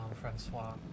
Francois